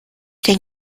denn